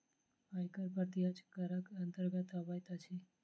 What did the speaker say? आयकर प्रत्यक्ष करक अन्तर्गत अबैत अछि